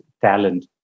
talent